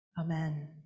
Amen